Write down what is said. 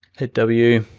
hit w.